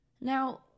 Now